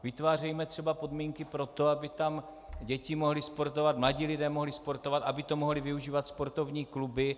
Vytvářejme třeba podmínky pro to, aby tam děti mohly sportovat, mladí lidé mohli sportovat, aby to mohly využívat sportovní kluby.